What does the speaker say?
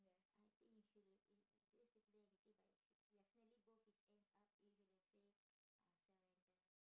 I think he shoot the in didn't stated there anything but he should definitely both his hands up if you let's say surrender